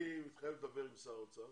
אני מתחייב לדבר עם שר האוצר.